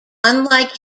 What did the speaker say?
unlike